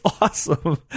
awesome